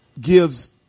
gives